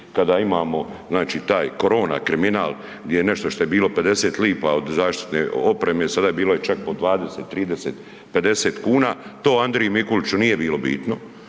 znači taj korona kriminal gdje je nešto što je bilo 50 lipa od zaštite opreme sada je bilo čak i po 20, 30, 50 kuna. To Andriji Mikuliću nije bilo bitno,